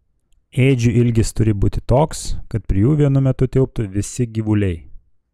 ėdžių ilgis turi būti toks kad prie jų vienu metu tilptų visi gyvuliai